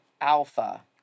Alpha